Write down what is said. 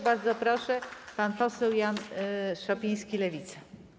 Bardzo proszę, pan poseł Jan Szopiński, Lewica.